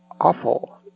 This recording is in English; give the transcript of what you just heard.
awful